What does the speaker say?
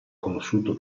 conosciuto